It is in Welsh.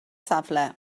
safle